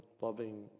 loving